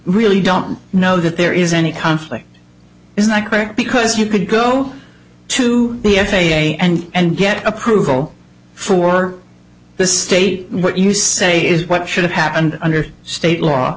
really don't know that there is any conflict is that correct because you could go to the f a a and and get approval for this state what you say is what should have happened under state